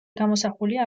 გამოსახულია